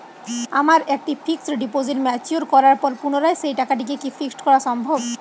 আমার একটি fixed deposit mature করার পর পুনরায় সেই টাকাটিকে কি ফিক্সড করা সম্ভব?